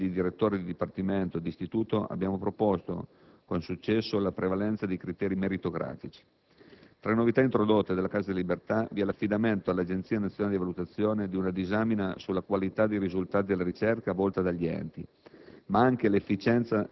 Per l'accesso agli incarichi di direttore di dipartimento e d'istituto abbiamo proposto, con successo, la prevalenza dei criteri meritocratici. Tra le novità introdotte dalla Casa delle Libertà vi è l'affidamento all'Agenzia nazionale di valutazione di una disamina sulla qualità dei risultati della ricerca svolta dagli enti,